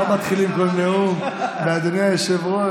פה מתחילים כל נאום ב"אדוני היושב-ראש,